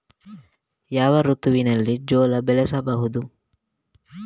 ಯಾವ ಋತುವಿನಲ್ಲಿ ಜೋಳ ಬೆಳೆಸಬಹುದು?